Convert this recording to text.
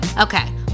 Okay